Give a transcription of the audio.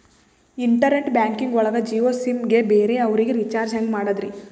Internet banking ಒಳಗ Jio sim ಗೆ ಬೇರೆ ಅವರಿಗೆ ರೀಚಾರ್ಜ್ ಹೆಂಗ್ ಮಾಡಿದ್ರಿ?